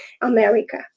America